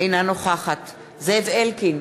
אינה נוכחת זאב אלקין,